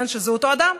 שזה אותו אדם,